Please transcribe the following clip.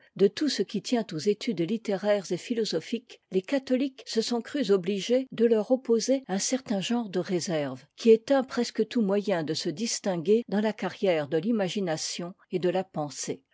de tout ce qui tient aux études littéraires et philosophiques les catholiques se sont crus obligés de leur opposer un certain genre de réserve qui éteint presque tout moyen de se d istinguer dans la carrière de l'imagination et de la pensée